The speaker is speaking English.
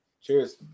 Cheers